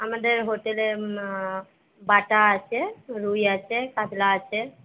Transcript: আমাদের হোটেলে বাটা আছে রুই আছে কাতলা আছে